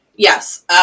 Yes